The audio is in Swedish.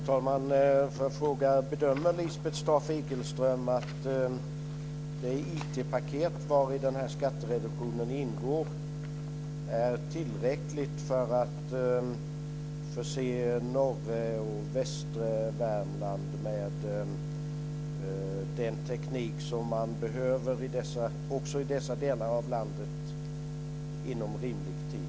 Fru talman! Bedömer Lisbeth Staaf-Igelström att det IT-paket vari den här skattereduktionen ingår är tillräckligt för att förse norra och västra Värmland med den teknik som man behöver också i dessa delar av landet inom rimlig tid?